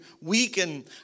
weaken